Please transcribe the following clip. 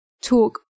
talk